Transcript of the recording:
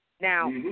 Now